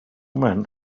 men